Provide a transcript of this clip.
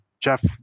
Jeff